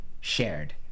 shared